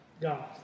God